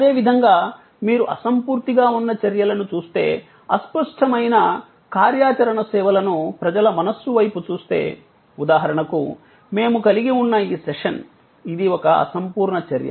అదేవిధంగా మీరు అసంపూర్తిగా ఉన్న చర్యలను చూస్తే అస్పష్టమైన కార్యాచరణ సేవలను ప్రజల మనస్సు వైపు చూస్తే ఉదాహరణకు మేము కలిగి ఉన్న ఈ సెషన్ ఇది ఒక అసంపూర్ణ చర్య